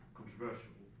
controversial